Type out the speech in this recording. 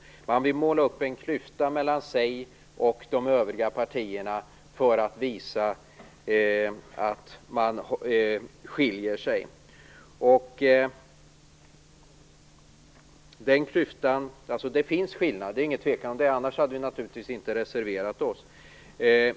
Socialdemokraterna vill måla upp en klyfta mellan sig och de övriga partierna för att påvisa en skillnad. Att det finns skillnader råder det inget tvivel om. Annars hade vi inte reserverat oss.